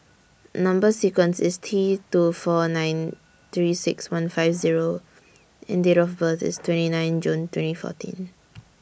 Number sequence IS T two four nine three six one five Zero and Date of birth IS twenty nine June twenty fourteen